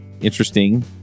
interesting